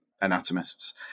anatomists